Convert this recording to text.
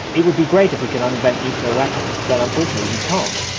it would be great if we could un-invent nuclear weapons but unfortunately we can't,